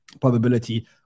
probability